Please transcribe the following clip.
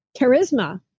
charisma